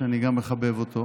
שאני גם מחבב אותו,